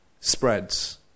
spreads